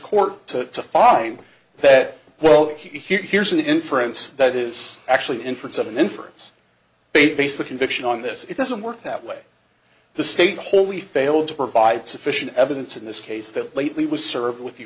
court to find that well here's an inference that is actually an inference of an inference based the conviction on this it doesn't work that way the state wholly failed to provide sufficient evidence in this case that lately was served with the